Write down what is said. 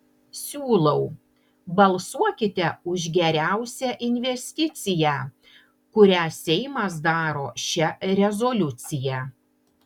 siūlau balsuokite už geriausią investiciją kurią seimas daro šia rezoliucija